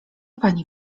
pani